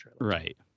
Right